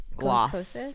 Gloss